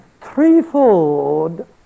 threefold